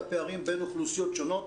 יגביר את הפערים בין אוכלוסיות שונות.